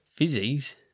Fizzies